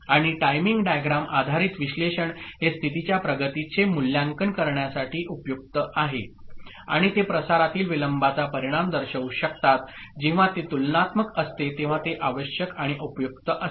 आणि timing diagram आधारित विश्लेषण हे स्थितीच्या प्रगतीचे मूल्यांकन करण्यासाठी उपयुक्त आहे आणि ते प्रसारातील विलंबाचा परिणाम दर्शवू शकतात जेव्हा ते तुलनात्मक असते तेव्हा ते आवश्यक आणि उपयुक्त असते